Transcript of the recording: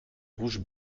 rouges